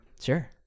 sure